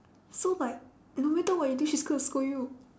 so like no matter what you do she's gonna scold you